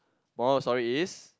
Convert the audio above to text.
moral of the story is